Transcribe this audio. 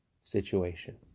situation